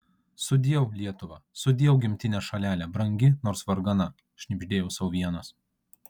sudieu lietuva sudieu gimtine šalele brangi nors vargana šnibždėjau sau vienas